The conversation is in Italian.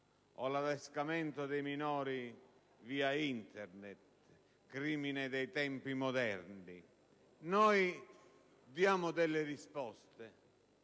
o l'adescamento dei minori via Internet: crimini dei tempi moderni. Noi diamo delle risposte